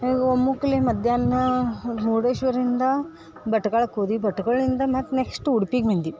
ಈಗ ಮುಕ್ಲಿ ಮಧ್ಯಾಹ್ನ ಮುರ್ಡೇಶ್ವರಿಂದ ಭಟ್ಕಳಕ್ಕೆ ಹೋದ್ವಿ ಭಟ್ಕಳಿಂದ ಮತ್ತೆ ನೆಕ್ಸ್ಟ್ ಉಡ್ಪಿಗೆ ಬಂದ್ವಿ